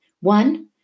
One